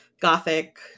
gothic